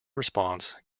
response